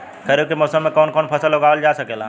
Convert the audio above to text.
खरीफ के मौसम मे कवन कवन फसल उगावल जा सकेला?